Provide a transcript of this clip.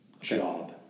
job